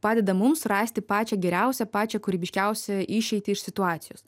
padeda mums rasti pačią geriausią pačią kūrybiškiausią išeitį iš situacijos